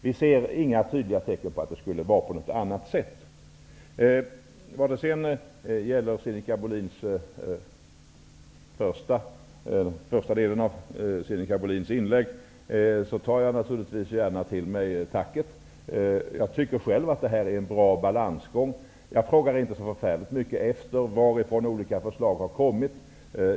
Vi ser inga tydliga tecken på att det skulle vara på något annat sätt. Jag tar naturligtvis gärna till mig Sinikka Bohlins tack i den första delen av hennes replik. Jag tycker själv att det här är en bra balansgång. Jag frågar inte så mycket efter varifrån olika förslag kommer.